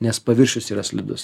nes paviršius yra slidus